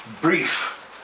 brief